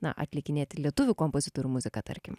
na atlikinėti lietuvių kompozitorių muziką tarkim